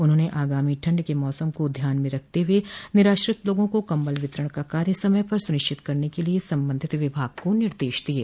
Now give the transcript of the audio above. उन्होंने आगामी ठंड के मौसम को ध्यान में रखते हुए निराश्रित लोगों को कम्बल वितरण का कार्य समय पर सुनिश्चित करने के लिए संबंधित विभाग को निर्देश दिये